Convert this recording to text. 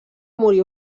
morir